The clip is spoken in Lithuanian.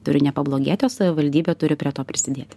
turi nepablogėtio savivaldybė turi prie to prisidėti